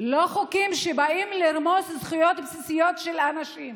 לא חוקים שבאים לרמוס זכויות בסיסיות של אנשים.